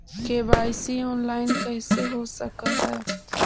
KYC online कैसे हो सक है?